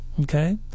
Okay